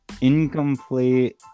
incomplete